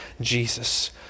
Jesus